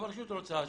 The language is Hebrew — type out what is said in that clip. גם הרשות רוצה שמחר,